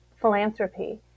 philanthropy